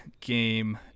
game